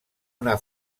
una